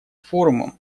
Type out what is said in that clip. форумом